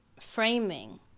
framing